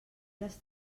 les